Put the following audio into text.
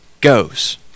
goes